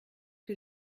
que